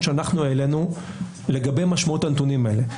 שאנחנו העלינו לגבי משמעות הנתונים האלה.